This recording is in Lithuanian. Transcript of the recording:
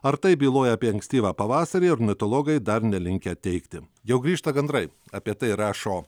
ar tai byloja apie ankstyvą pavasarį ornitologai dar nelinkę teigti jau grįžta gandrai apie tai rašo